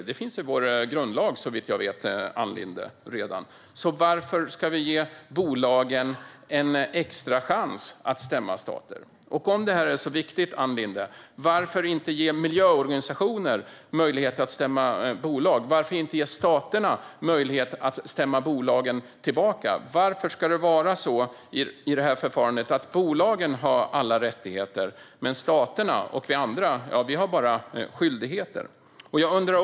Det finns såvitt jag vet redan i vår grundlag, Ann Linde. Varför ska vi ge bolagen en extra chans att stämma stater? Om det är så viktigt, Ann Linde: Varför inte ge miljöorganisationer möjligheter att stämma bolag? Varför inte ge staterna möjligheten att stämma bolagen tillbaka? Varför ska det vara så i förfarandet att bolagen har alla rättigheter medan staterna och vi andra bara har skyldigheter? Herr talman!